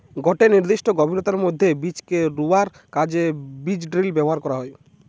গটে নির্দিষ্ট গভীরতার মধ্যে বীজকে রুয়ার কাজে বীজড্রিল ব্যবহার করা হয়